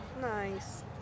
Nice